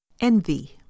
Envy